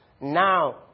Now